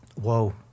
Whoa